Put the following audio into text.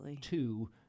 two